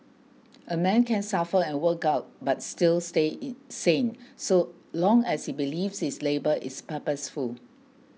a man can suffer and work out but still stay in sane so long as he believes his labour is purposeful